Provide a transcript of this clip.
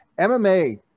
MMA